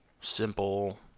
simple